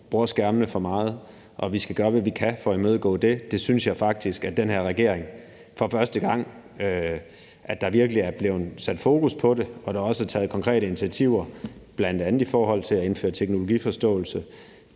bruger skærmene for meget, og at vi skal gøre, hvad vi kan, for at imødegå det. Det synes jeg faktisk at der med den her regering for første gang virkelig er blevet sat fokus på. Der er også taget konkrete initiativer, bl.a. i forhold til at indføre teknologiforståelse